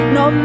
no